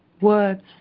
words